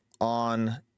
on